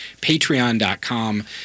patreon.com